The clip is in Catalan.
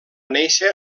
néixer